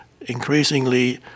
increasingly